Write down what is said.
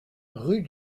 rue